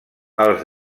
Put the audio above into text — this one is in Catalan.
els